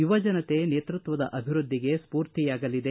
ಯುವಜನತೆ ನೇತೃತ್ವದ ಅಭಿವ್ಯದ್ಲಿಗೆ ಸೂರ್ತಿಯಾಗಲಿದೆ